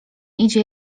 idzie